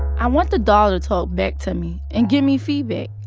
i want the doll to talk back to me and give me feedback.